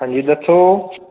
ਹਾਂਜੀ ਦੱਸੋ